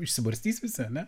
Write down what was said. išsibarstys visi ane